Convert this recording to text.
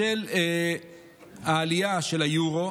בשל העלייה של היורו